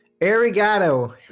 Arigato